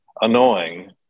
annoying